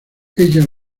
ella